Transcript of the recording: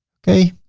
okay.